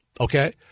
Okay